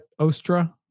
Ostra